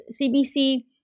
CBC